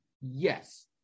Yes